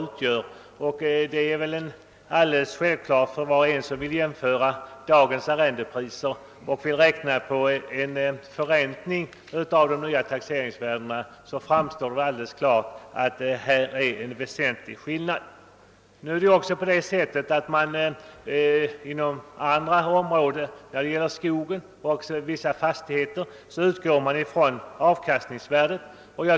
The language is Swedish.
För att bedöma avkastningsvärdet kan man jämföra dagens arrendepriser med förräntningen av de nya taxeringsvärdena — det råder en väsentlig skillnad mellan dem. Inom andra områden — det gäller skogen och vissa andra fastigheter — utgår man från avkastningsvärdet.